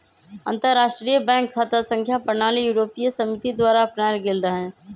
अंतरराष्ट्रीय बैंक खता संख्या प्रणाली यूरोपीय समिति द्वारा अपनायल गेल रहै